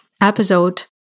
episode